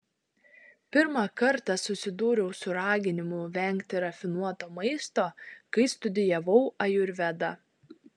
pirmą kartą susidūriau su raginimu vengti rafinuoto maisto kai studijavau ajurvedą